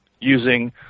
using